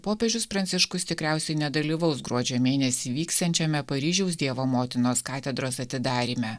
popiežius pranciškus tikriausiai nedalyvaus gruodžio mėnesį vyksiančiame paryžiaus dievo motinos katedros atidaryme